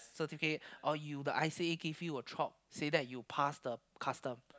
certificate or you the i_c_a gave you a chop say that you passed the custom